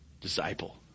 disciple